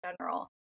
General